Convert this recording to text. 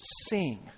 sing